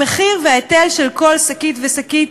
המחיר וההיטל של כל שקית ושקית.